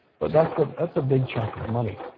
but that's a, that's a big chunk of money.